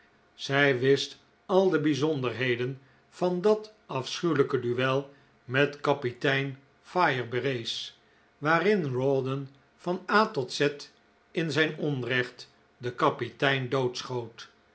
zij wist al de bijzonderheden van dat afschuwelijke duel met kapitein firebrace waarin rawdon van a tot z in zijn onrecht den kapitein